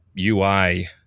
UI